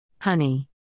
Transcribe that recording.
Honey